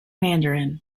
mandarin